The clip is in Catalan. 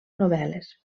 novel·les